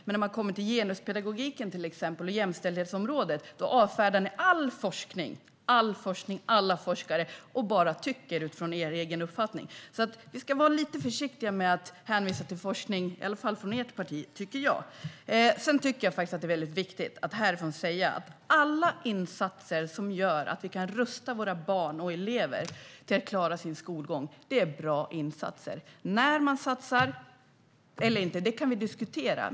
Men när det gäller till exempel genuspedagogiken och jämställdhetsområdet, då avfärdar ni all forskning och alla forskare och bara tycker utifrån er egen uppfattning. Man ska vara lite försiktig med att hänvisa till forskning, i alla fall från ert parti, tycker jag. Sedan tycker jag faktiskt att det är väldigt viktigt att härifrån säga att alla insatser som gör att vi kan rusta våra barn och elever till att klara sin skolgång är bra insatser. När man satsar eller inte, det kan vi diskutera.